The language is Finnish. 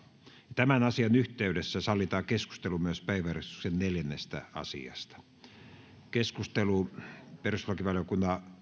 tämän asian yhteydessä sallitaan keskustelu myös päiväjärjestyksen neljännestä asiasta perustuslakivaliokunnan